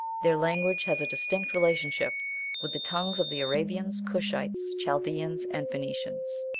their language has a distinct relationship with the tongues of the arabians, cushites, chaldeans, and phoenicians.